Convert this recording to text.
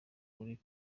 uri